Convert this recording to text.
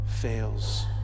fails